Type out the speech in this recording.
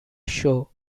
show